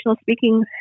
speaking